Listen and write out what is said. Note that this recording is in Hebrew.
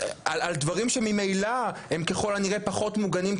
על דברים שממילא הם ככל הנראה פחות מוגנים,